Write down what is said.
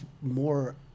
more